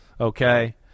Okay